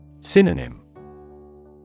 Synonym